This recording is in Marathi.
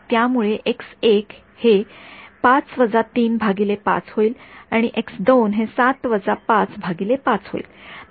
त्यामुळे हे ३ ५५ होईल आणि हे ७ ५५ होईल